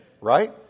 right